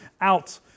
out